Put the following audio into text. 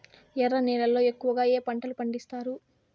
ఎర్ర నేలల్లో ఎక్కువగా ఏ పంటలు పండిస్తారు